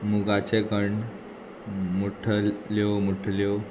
मुगाचें कण्ण मुठल्यो मुठल्यो